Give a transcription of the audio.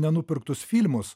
nenupirktus filmus